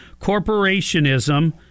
corporationism